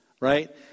right